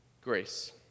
grace